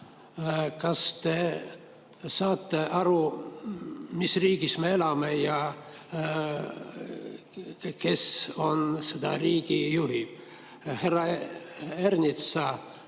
Kas te saate aru, mis riigis me elame ja kes seda riiki juhib? Härra Ernitsa